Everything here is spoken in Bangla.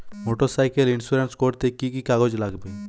মোটরসাইকেল ইন্সুরেন্স করতে কি কি কাগজ লাগবে?